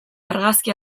argazki